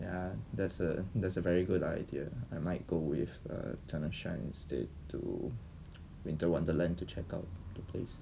ya that's a that's a very good idea I might go with (err)to winter wonderland to check out the place